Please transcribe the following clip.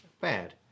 bad